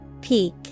Peak